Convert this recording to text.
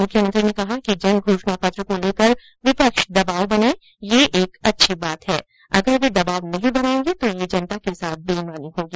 मुख्यमंत्री ने कहा कि जन घोषणा पत्र को लेकर विपक्ष दबाव बनाये ये एक अच्छी बात है अगर वे दबाव नहीं बनायेंगे तो यह जनता के साथ बेईमानी होगी